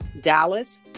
dallas